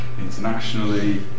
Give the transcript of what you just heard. internationally